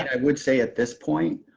i would say at this point